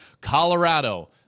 Colorado